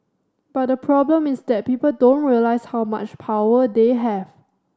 but the problem is that people don't realise how much power they have